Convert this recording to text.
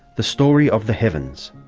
the story of the heavens.